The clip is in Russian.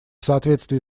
соответствии